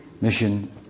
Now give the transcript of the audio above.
mission